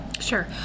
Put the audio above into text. Sure